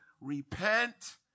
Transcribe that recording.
repent